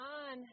on